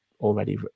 already